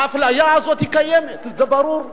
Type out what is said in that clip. האפליה הזאת קיימת, זה ברור.